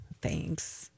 Thanks